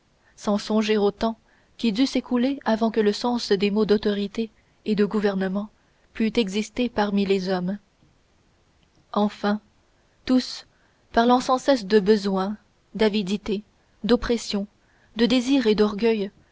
sans songer au temps qui dut s'écouler avant que le sens des mots d'autorité et de gouvernement pût exister parmi les hommes enfin tous parlant sans cesse de besoin d'avidité d'oppression de désirs et d'orgueil